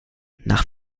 nach